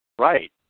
Right